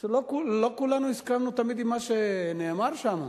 שלא כולנו הסכמנו תמיד עם מה שנאמר שם,